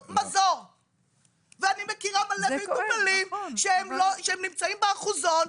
ואני מכירה מלא מטופלים שנמצאים באחוזון,